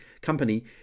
company